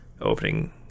opening